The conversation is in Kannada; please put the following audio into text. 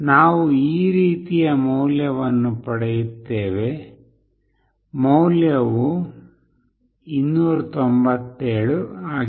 ನಾವು ಈ ರೀತಿಯ ಮೌಲ್ಯವನ್ನು ಪಡೆಯುತ್ತೇವೆ ಮೌಲ್ಯವು 297 ಆಗಿದೆ